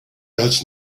best